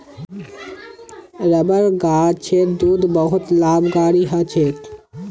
rubber गाछेर दूध बहुत लाभकारी ह छेक